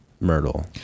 Myrtle